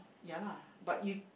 ya lah but you